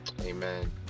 amen